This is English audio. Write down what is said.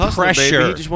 pressure